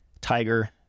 tiger